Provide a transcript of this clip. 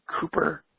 Cooper